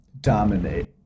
dominate